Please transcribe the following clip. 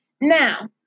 Now